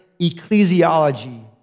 ecclesiology